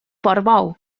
portbou